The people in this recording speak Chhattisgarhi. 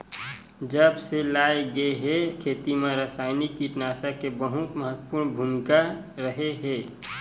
जब से लाए गए हे, खेती मा रासायनिक कीटनाशक के बहुत महत्वपूर्ण भूमिका रहे हे